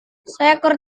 seekor